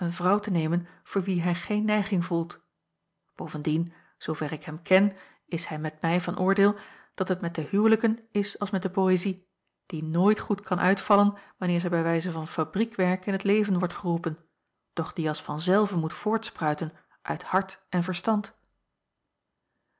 vrouw te nemen voor wie hij geen neiging gevoelt bovendien zoover ik hem ken is hij met mij van oordeel dat het met de huwelijken is als met de poëzie die nooit goed kan uitvallen wanneer zij bij wijze van fabriekwerk in t leven wordt geroepen doch die als van zelve moet voortspruiten uit hart en verstand